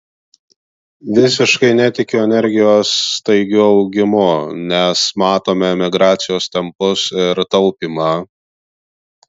visiškai netikiu energijos staigiu augimu nes matome emigracijos tempus ir taupymą